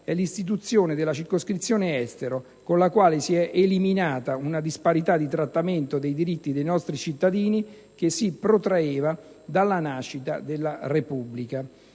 è l'istituzione della circoscrizione Estero, con la quale si è eliminata una disparità di trattamento dei diritti dei nostri cittadini che si protraeva dalla nascita della Repubblica.